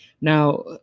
Now